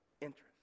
interest